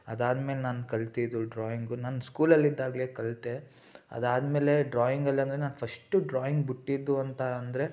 ಅದಾದ್ಮೇಲೆ ನಾನು ಕಲಿತದ್ದು ಡ್ರಾಯಿಂಗು ನನ್ನ ಸ್ಕೂಲಲ್ಲಿ ಇದ್ದಾಗಲೇ ಕಲಿತೆ ಅದಾದಮೇಲೆ ಡ್ರಾಯಿಂಗಲ್ಲಂದ್ರೆ ನಾನು ಫಸ್ಟು ಡ್ರಾಯಿಂಗ್ ಬಿಟ್ಟಿದ್ದು ಅಂತ ಅಂದರೆ